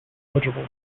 eligible